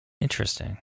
Interesting